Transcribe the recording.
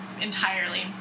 entirely